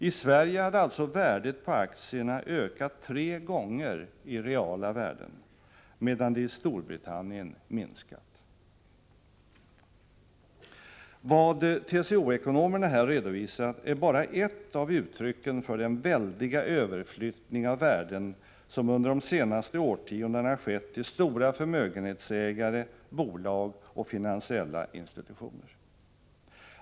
I Sverige hade alltså värdet på aktierna ökat tre gånger i reala värden, medan det i Storbritannien minskat. Vad TCO-ekonomerna här har redovisat är bara ett uttryck för den väldiga överflyttning av värden som under de senaste årtiondena har skett till stora förmögenhetsägare, bolag och finansiella institutioner.